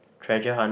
treasure hunt